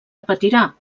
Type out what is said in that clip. repetirà